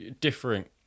different